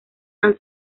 han